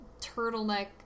turtleneck